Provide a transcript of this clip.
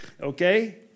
Okay